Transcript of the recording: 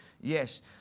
yes